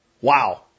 Wow